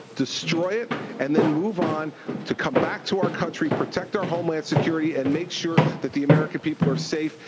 destroy it, and then move on to come back to our country, protect our homeland security and make sure that the american people are safe.